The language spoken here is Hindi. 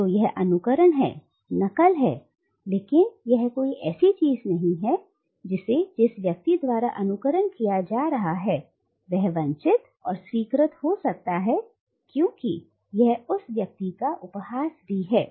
तो यह अनुकरण है नकल है लेकिन यह कोई ऐसी चीज नहीं है जिसे जिस व्यक्ति द्वारा अनुकरण किया जा रहा है वह वंचित और स्वीकृत हो सकता है क्योंकि यह उस व्यक्ति का उपहास भी है